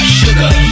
sugar